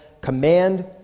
command